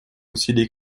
усилий